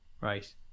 Right